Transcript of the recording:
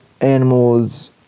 animals